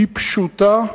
היא פשוטה,